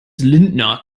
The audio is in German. lindner